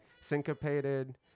syncopated